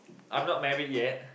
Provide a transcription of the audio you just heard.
I'm not married yet